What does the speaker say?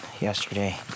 yesterday